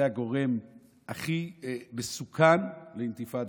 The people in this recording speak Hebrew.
זה הגורם הכי מסוכן לאינתיפאדה.